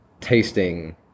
tasting